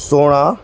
सोरहां